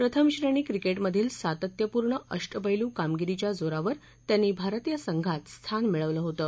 प्रथमश्रेणी क्रिकेटमधील सातत्यपूर्ण अष्टपैलू कामगिरीच्या जोरावर त्यांनी भारतीय संघात स्थान मिळवलं होतं